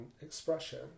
expression